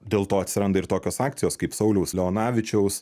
dėl to atsiranda ir tokios akcijos kaip sauliaus leonavičiaus